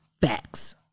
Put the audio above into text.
facts